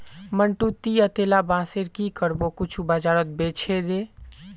मंटू, ती अतेला बांसेर की करबो कुछू बाजारत बेछे दे